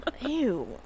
Ew